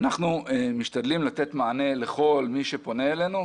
אנחנו משתדלים לתת מענה לכל מי שפונה אלינו.